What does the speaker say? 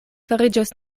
fariĝos